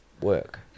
work